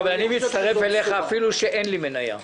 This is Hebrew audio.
אני מצטרף אליך אפילו שאין לי מניה.